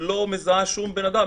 לא מזהה שום בן-אדם.